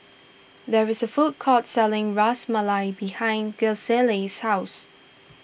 there is a food court selling Ras Malai behind Gisele's house